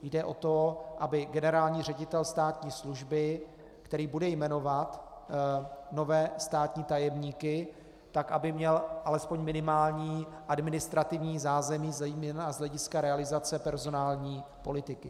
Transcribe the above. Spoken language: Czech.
Jde o to, aby generální ředitel státní služby, který bude jmenovat nové státní tajemníky, měl alespoň minimální administrativní zázemí zejména z hlediska realizace personální politiky.